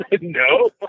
No